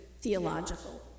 theological